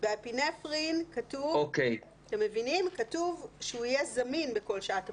באפינפרין כתוב שהוא יהיה זמין בכל שעת הפעילות,